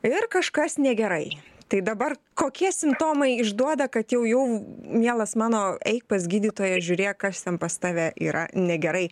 ir kažkas negerai tai dabar kokie simptomai išduoda kad jau jauv mielas mano eik pas gydytoją žiūrėk kas ten pas tave yra negerai